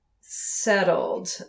settled